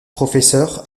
professeur